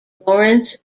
lawrence